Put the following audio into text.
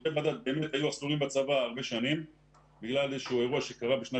היו מסלולים הרבה שנים בצבא בגלל איזשהו אירוע בשנת